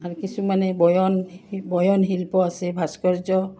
আৰু কিছুমানে বয়ন বয়ন শিল্প আছে ভাস্কৰ্য